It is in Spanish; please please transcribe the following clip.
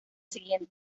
siguiente